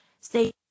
stay